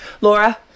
Laura